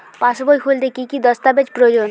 পাসবই খুলতে কি কি দস্তাবেজ প্রয়োজন?